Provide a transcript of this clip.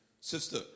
Sister